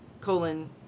colon